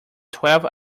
twelve